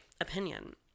opinion